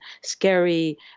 scary